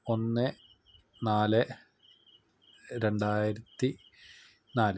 ഒന്ന് നാല് രണ്ടായിരത്തി നാല്